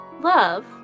Love